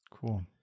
Cool